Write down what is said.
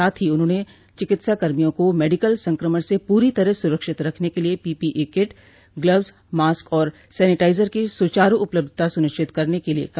साथ ही उन्होंने चिकित्साकर्मियों को मेडिकल संक्रमण से पूरी तरह सुरक्षित रखने के लिये पीपीई किट ग्लब्स मास्क और सैनिटाइजर की सुचारू उपलब्धता सुनिश्चित करने के लिये कहा